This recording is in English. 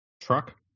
Truck